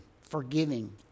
forgiving